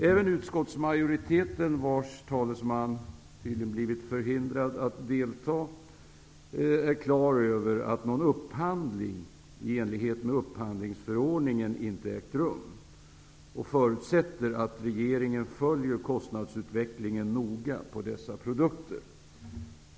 Även utskottsmajoriteten, vars talesman blivit förhindrad att delta, har klart för sig att någon upphandling i enlighet med upphandlingsförordningen inte ägt rum och förutsätter att regeringen följer kostnadsutvecklingen noga på dessa produkter.